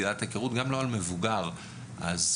האם